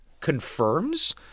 confirms